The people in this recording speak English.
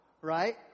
right